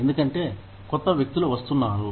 ఎందుకంటే కొత్త వ్యక్తులు వస్తున్నారు